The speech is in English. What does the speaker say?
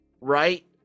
right